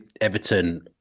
Everton